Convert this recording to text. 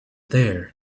there